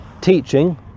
teaching